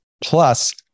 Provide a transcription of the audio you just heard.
Plus